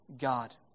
God